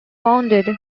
wounded